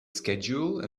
schedule